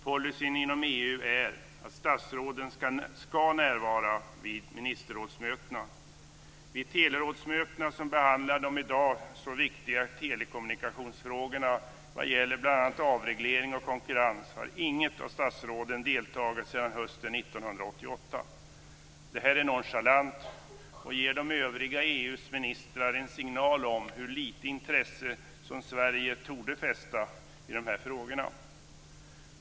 Policyn inom EU är att statsråden ska närvara vid ministerrådsmötena. Vid telerådsmötena, som behandlar de i dag så viktiga telekommunikationsfrågorna vad gäller bl.a. avreglering och konkurrens, har inget av statsråden deltagit sedan hösten 1998. Detta är nonchalant, och det ger övriga EU:s ministrar en signal om hur lite intresse Sverige torde fästa vid dessa frågor.